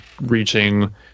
reaching